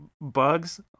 bugs